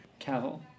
Cavill